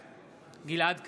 בעד גלעד קריב,